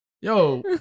Yo